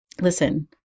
listen